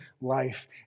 life